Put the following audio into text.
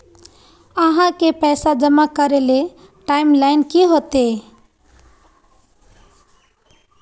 आहाँ के पैसा जमा करे ले टाइम लाइन की होते?